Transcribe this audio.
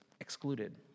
excluded